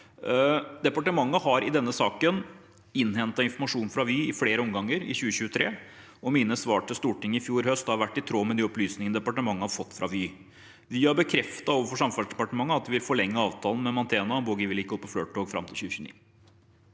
Departementet har i denne saken innhentet informasjon fra Vy i flere omganger i 2023, og mine svar til Stortinget i fjor høst var i tråd med de opplysningene departementet hadde fått fra Vy. Vy har bekreftet overfor Samferdselsdepartementet at de vil forlenge avtalen med Mantena om boggivedlikehold på FLIRT-tog fram til 2029.